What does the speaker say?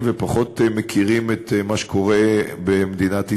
ופחות מכירים את מה שקורה במדינת ישראל.